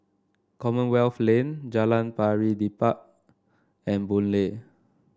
Commonwealth Lane Jalan Pari Dedap and Boon Lay